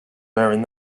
bearing